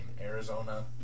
Arizona